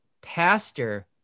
Pastor